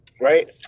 right